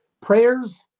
prayers